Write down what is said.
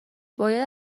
باید